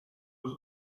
was